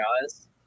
guys